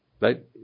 right